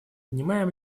понимаем